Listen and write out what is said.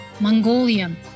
Mongolian